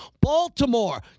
Baltimore